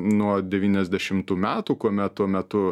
nuo devyniasdešimtų metų kuomet tuo metu